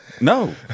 No